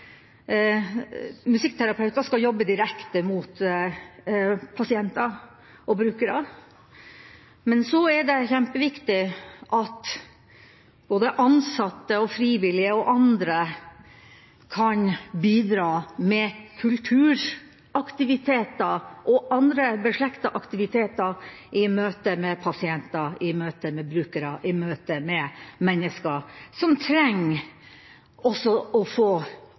Musikkterapeuter skal jobbe direkte mot pasienter og brukere, men så er det kjempeviktig at både ansatte, frivillige og andre kan bidra med kulturaktiviteter og andre beslektede aktiviteter i møte med pasienter, i møte med brukere, i møte med mennesker som trenger også å få